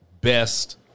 best